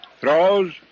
Throws